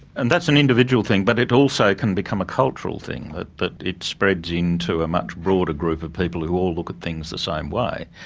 and that's an individual thing but it also can become a cultural thing that that it spreads into a much broader group of people who all look at things the same way.